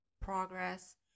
progress